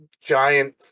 giant